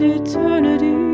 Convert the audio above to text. eternity